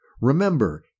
remember